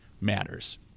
matters